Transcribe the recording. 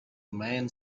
mayan